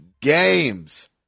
games